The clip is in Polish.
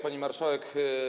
Pani Marszałek!